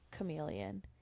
chameleon